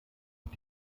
und